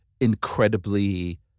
incredibly